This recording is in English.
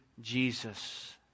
Jesus